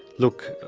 look,